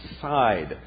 side